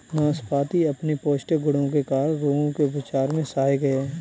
नाशपाती अपने पौष्टिक गुणों के कारण रोगों के उपचार में सहायक है